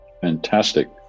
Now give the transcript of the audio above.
Fantastic